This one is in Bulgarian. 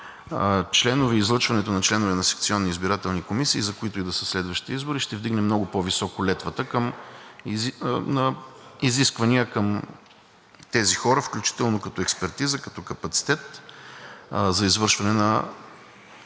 членове, излъчването на членове на секционни избирателни комисии за които и да са следващи избори, ще вдигне много по-високо летвата на изисквания към тези хора, включително като експертиза, като капацитет за извършване на